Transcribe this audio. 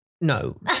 No